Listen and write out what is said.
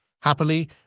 Happily